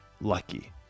lucky